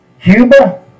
Cuba